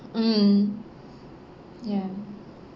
mm ya